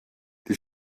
die